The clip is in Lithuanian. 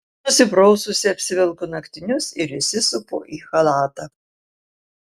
nusipraususi apsivelku naktinius ir įsisupu į chalatą